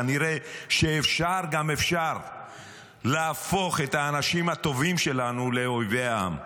כנראה שאפשר גם אפשר להפוך את האנשים הטובים שלנו לאויבי העם.